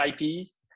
IPs